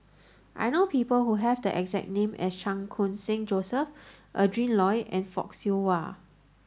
I know people who have the exact name as Chan Khun Sing Joseph Adrin Loi and Fock Siew Wah